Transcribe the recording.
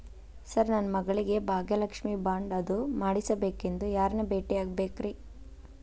Sir ನನ್ನ ಮಗಳಿಗೆ Bhagyalakshmi bond ಅದು ಮಾಡಿಸಬೇಕೆಂದು ಯಾರನ್ನ ಭೇಟಿಯಾಗಬೇಕ್ರಿ?